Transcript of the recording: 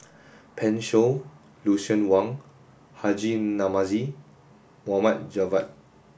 Pan Shou Lucien Wang Haji Namazie Mohd Javad